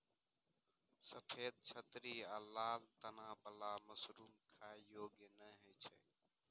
सफेद छतरी आ लाल तना बला मशरूम खाइ योग्य नै होइ छै